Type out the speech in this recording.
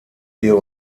ihr